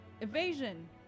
evasion